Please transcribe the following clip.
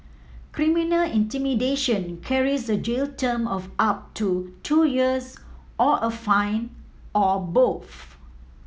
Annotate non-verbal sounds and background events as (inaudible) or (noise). criminal intimidation carries a jail term of up to two years or a fine or a (unintelligible)